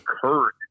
courage